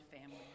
family